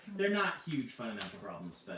they're not huge fundamental problems,